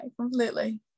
completely